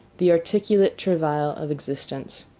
the articulate travail of existence.